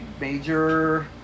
major